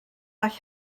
all